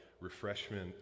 refreshment